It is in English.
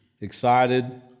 excited